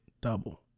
Double